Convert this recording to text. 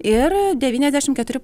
ir devyniasdešim keturi